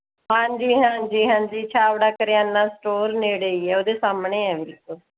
ਹਾਂਜੀ ਹਾਂਜੀ ਹਾਂਜੀ ਛਾਬੜਾ ਕਰਿਆਨਾ ਸਟੋਰ ਨੇੜੇ ਹੀ ਹੈ ਉਹਦੇ ਸਾਹਮਣੇ ਹੈ ਬਿਲਕੁਲ